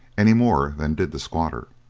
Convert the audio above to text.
any more than did the squatter.